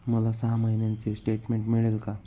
मला सहा महिन्यांचे स्टेटमेंट मिळेल का?